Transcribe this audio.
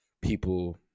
people